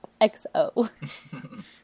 XO